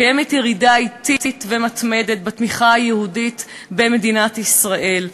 קיימת ירידה אטית ומתמדת בתמיכה היהודית במדינת ישראל,